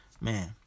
man